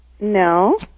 No